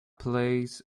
plays